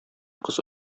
кыз